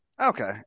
Okay